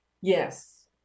yes